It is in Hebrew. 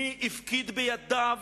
מי הפקיד בידיו